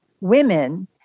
women